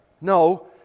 No